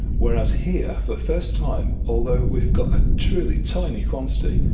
whereas here for the first time, although we've got a truly tiny quantity,